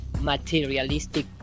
materialistic